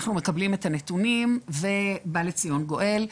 אנחנו מקבלים את הנתונים ובא לציון גואל.